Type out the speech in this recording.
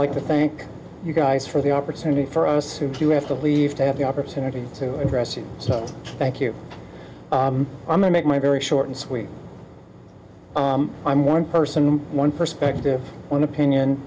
like to thank you guys for the opportunity for us to have to leave to have the opportunity to address you so thank you i'm gonna make my very short and sweet i'm one person one perspective one opinion